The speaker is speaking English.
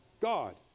God